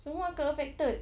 semua akan affected